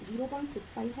WWIP 065 है